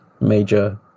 major